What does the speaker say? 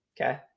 Okay